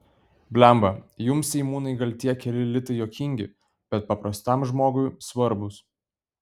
blemba jums seimūnai gal tie keli litai juokingi bet paprastam žmogui svarbūs